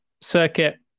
circuit